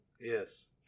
Yes